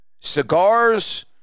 cigars